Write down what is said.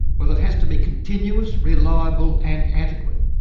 well, it has to be continuous, reliable and adequate.